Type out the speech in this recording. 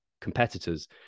competitors